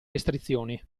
restrizioni